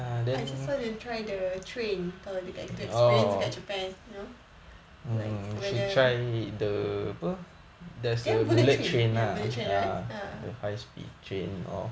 I just want to try the train kalau to get to experience dekat japan you know like where the they have bullet train ya bullet train ya